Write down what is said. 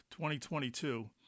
2022